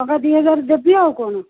ଟଙ୍କା ଦୁଇ ହଜାର ଦେବି ଆଉ କ'ଣ